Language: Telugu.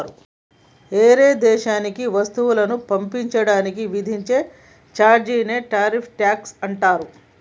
ఏరే దేశానికి వస్తువులను పంపించడానికి విధించే చార్జీలనే టారిఫ్ ట్యాక్స్ అంటారు